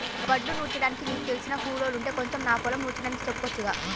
వడ్లు నూర్చడానికి నీకు తెలిసిన కూలోల్లుంటే కొంచెం నా పొలం నూర్చడానికి చెప్పొచ్చుగా